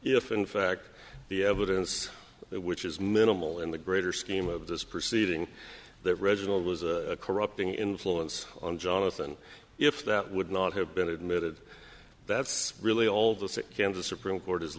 if in fact the evidence which is minimal in the greater scheme of this proceeding that reginald was a corrupting influence on jonathan if that would not have been admitted that's really all the same candor supreme court is